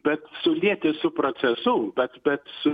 bet sulieti su procesu bet bet su